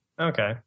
okay